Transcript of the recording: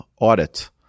audit